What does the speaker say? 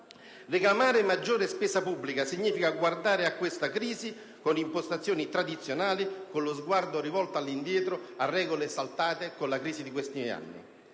Reclamare maggiore spesa pubblica significa guardare a questa crisi con impostazioni tradizionali, con lo sguardo rivolto all'indietro, a regole saltate con la crisi di questi anni.